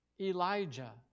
Elijah